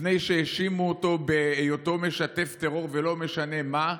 לפני שהאשימו אותו בהיותו משתף טרור ולא משנה מה,